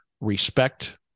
respect